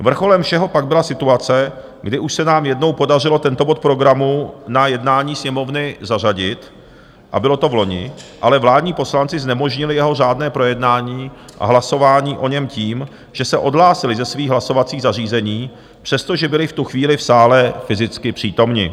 Vrcholem všeho pak byla situace, kdy už se nám jednou podařilo tento bod programu na jednání Sněmovny zařadit, bylo to vloni, ale vládní poslanci znemožnili jeho řádné projednání a hlasování o něm tím, že se odhlásili ze svých hlasovacích zařízení, přestože byli v tu chvíli v sále fyzicky přítomni.